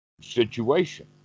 situation